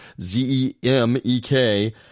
Z-E-M-E-K